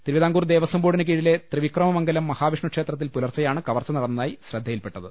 തിരുവി താംകൂർ ദേവസ്വം ബോർഡിന് കീഴിലെ ത്രിവിക്രമമംഗലം മഹാ വിഷ്ണു ക്ഷേത്രത്തിൽ പുലർച്ചെയാണ് കവർച്ച നടന്നതായി ശ്രദ്ധയിൽപ്പെട്ടത്